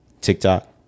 TikTok